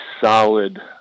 solid